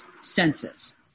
census